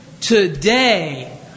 today